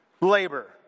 labor